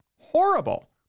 Horrible